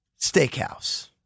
Steakhouse